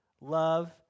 love